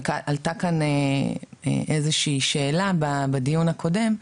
עלתה כאן איזושהי שאלה בדיון הקודם,